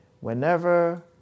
whenever